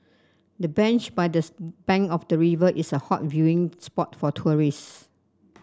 the bench by this bank of the river is a hot viewing spot for tourists